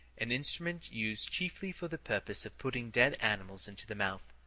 an instrument used chiefly for the purpose of putting dead animals into the mouth.